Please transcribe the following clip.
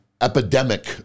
epidemic